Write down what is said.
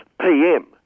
PM